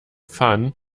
fun